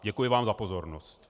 Děkuji vám za pozornost.